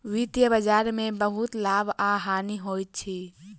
वित्तीय बजार के बहुत लाभ आ हानि होइत अछि